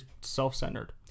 self-centered